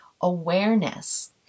awareness